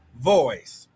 voice